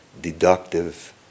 deductive